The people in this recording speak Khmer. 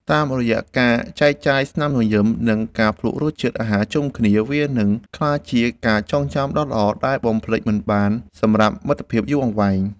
តាមរយៈការចែកចាយស្នាមញញឹម និងការភ្លក្សរសជាតិអាហារជុំគ្នា វានឹងក្លាយជាការចងចាំដ៏ល្អដែលបំភ្លេចមិនបានសម្រាប់មិត្តភាពយូរអង្វែង។